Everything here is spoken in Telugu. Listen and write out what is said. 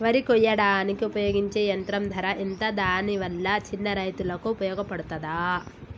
వరి కొయ్యడానికి ఉపయోగించే యంత్రం ధర ఎంత దాని వల్ల చిన్న రైతులకు ఉపయోగపడుతదా?